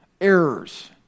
Errors